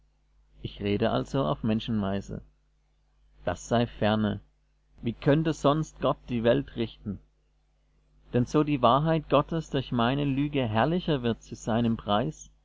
ich rede also auf menschenweise das sei ferne wie könnte sonst gott die welt richten denn so die wahrheit gottes durch meine lüge herrlicher wird zu seinem preis